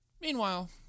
Meanwhile